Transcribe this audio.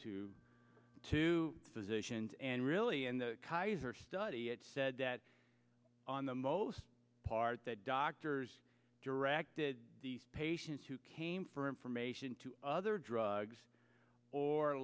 to physicians and really in the kaiser study it said that on the most part that doctors directed patients who came for information to other drugs or